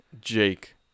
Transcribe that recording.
jake